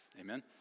Amen